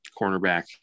Cornerback